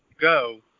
go